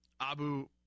Abu